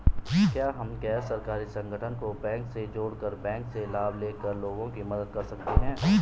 क्या हम गैर सरकारी संगठन को बैंक से जोड़ कर बैंक से लाभ ले कर लोगों की मदद कर सकते हैं?